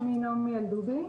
שמי נעמי אלדובי,